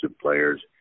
players